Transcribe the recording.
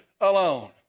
alone